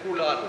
כולנו.